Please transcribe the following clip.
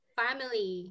family